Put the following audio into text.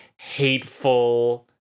hateful